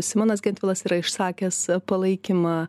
simonas gentvilas yra išsakęs palaikymą